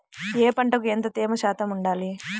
ఏ పంటకు ఎంత తేమ శాతం ఉండాలి?